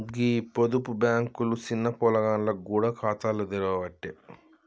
గీ పొదుపు బాంకులు సిన్న పొలగాండ్లకు గూడ ఖాతాలు తెరవ్వట్టే